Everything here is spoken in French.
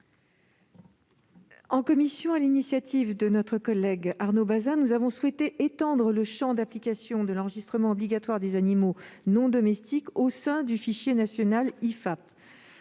En commission, sur l'initiative de notre collègue Arnaud Bazin, nous avons en effet souhaité étendre le champ d'application de l'enregistrement obligatoire des animaux non domestiques au fichier national I-FAP.